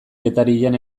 getarian